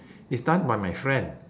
is done by my friend